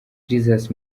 jesus